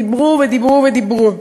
דיברו ודיברו ודיברו.